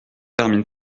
termine